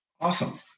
Awesome